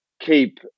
keep